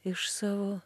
iš savo